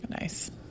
nice